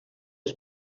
els